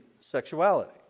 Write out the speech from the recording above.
sexuality